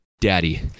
Daddy